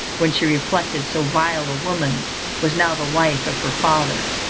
when she reflected so vile a woman was now the wife of her father.